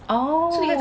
oh